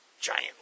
giant